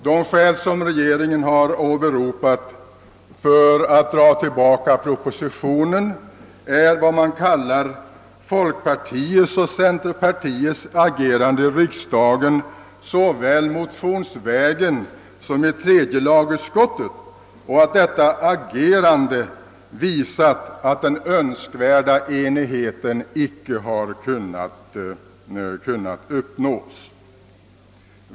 Det skäl som regeringen åberopat för att dra tillbaka propositionen är vad man kallar folkpartiets och centerpartiets »agerande i riksdagen såväl motionsvägen som i tredje lagutskottet» och man framhåller att detta »agerande» visat att »den önskvärda enigheten inte kan uppnås».